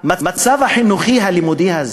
שהמצב החינוכי הלימודי הזה,